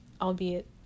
albeit